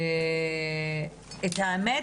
את האמת,